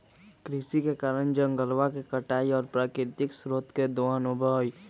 कृषि के कारण जंगलवा के कटाई और प्राकृतिक स्रोत के दोहन होबा हई